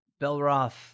Belroth